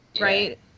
right